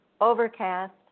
Overcast